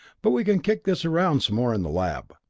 but we can kick this around some more in the lab.